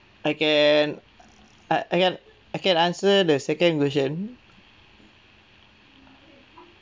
I can uh I can I can answer the second question